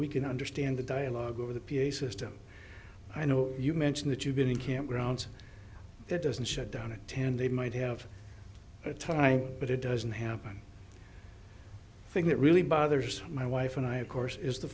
we can understand the dialogue over the p a system i know you mentioned that you've been in campgrounds that doesn't shut down a ten day might have a time but it doesn't happen thing that really bothers my wife and i of course is the